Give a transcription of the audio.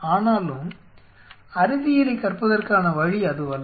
ஆனாலும் அறிவியலைக் கற்பதற்கான வழி அதுவல்ல